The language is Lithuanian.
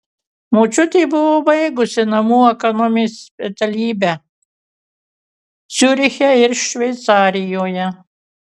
močiutė buvo baigusi namų ekonomės specialybę ciuriche šveicarijoje